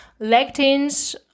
lectins